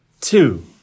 Two